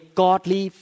godly